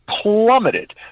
plummeted